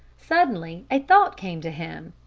suddenly a thought came to him.